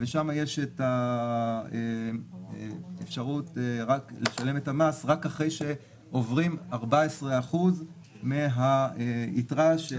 ושם יש את האפשרות לשלם את המס רק אחרי שעוברים 14% מהיתרה של